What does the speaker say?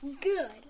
Good